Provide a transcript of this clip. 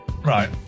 Right